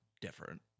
different